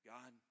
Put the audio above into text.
God